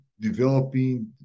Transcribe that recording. developing